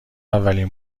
اولین